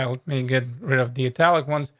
i mean get rid of the italic ones,